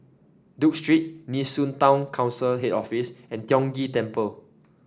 Duke Street Nee Soon Town Council Head Office and Tiong Ghee Temple